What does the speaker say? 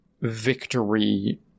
victory